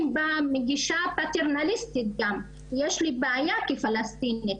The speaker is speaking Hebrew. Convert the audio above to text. בא מגישה פטרנליסטית גם יש לי בעיה כפלסטינית,